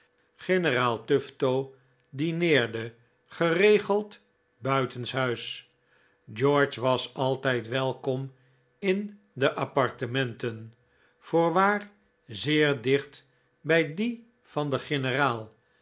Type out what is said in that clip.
generaal tufto dineerde geregeld buitenshuis george was altijd welkom in de appartementen voorwaar zeer dicht bij die van den generaal